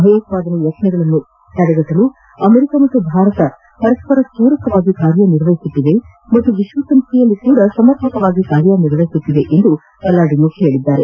ಭಯೋತ್ಪಾದನೆ ಯತ್ನಗಳನ್ನು ತಡೆಗಟ್ಟಲು ಅಮೆರಿಕ ಮತ್ತು ಭಾರತ ಪರಸ್ಪರ ಪೂರಕವಾಗಿ ಕಾರ್ಯನಿರ್ವಹಿಸುತ್ತಿವೆ ಹಾಗೂ ವಿಶ್ವಸಂಸ್ಥೆಯಲ್ಲಿಯೂ ಸಮರ್ಪಕವಾಗಿ ಕಾರ್ಯನಿರ್ವಹಿಸುತ್ತಿವೆ ಎಂದು ಪಲ್ಲಾಡಿನೊ ಹೇಳಿದ್ದಾರೆ